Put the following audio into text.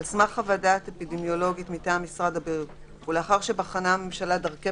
על סמך חוות דעת אפידמיולוגית מטעם משרד הבריאות ולאחר שבחנה הממשלה דרכי